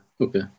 Okay